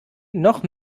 noch